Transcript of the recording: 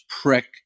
prick